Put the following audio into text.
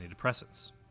antidepressants